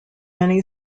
many